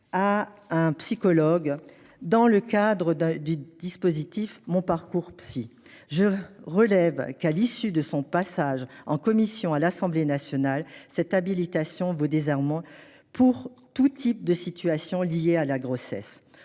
à un psychologue dans le cadre de MonParcoursPsy. À l'issue de son passage en commission à l'Assemblée nationale, cette habilitation vaut désormais pour tout type de situation liée à la grossesse.